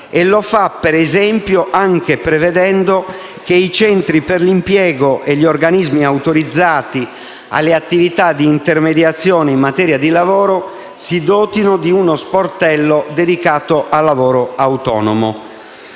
Lo fa, ad esempio, anche prevedendo che i centri per l'impiego e gli organismi autorizzati alle attività di intermediazione in materia di lavoro si dotino di uno sportello dedicato al lavoro autonomo.